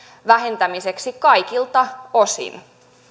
vähentämiseksi kaikilta osin